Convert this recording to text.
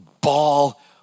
ball